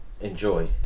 enjoy